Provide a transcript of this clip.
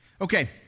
Okay